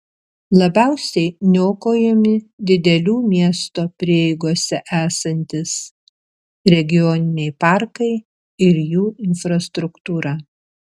labiausiai niokojami didelių miesto prieigose esantys regioniniai parkai ir jų infrastruktūra